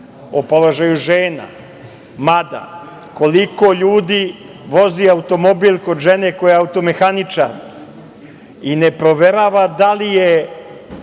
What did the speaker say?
o položaju žena, mada, koliko ljudi vozi automobil kod žene koja je automehaničar i ne proverava da li je